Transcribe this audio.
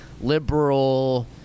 liberal